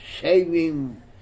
saving